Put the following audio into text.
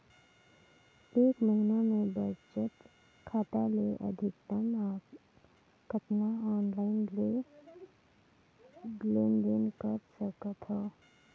एक महीना मे बचत खाता ले अधिकतम कतना ऑनलाइन लेन देन कर सकत हव?